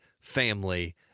family